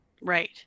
Right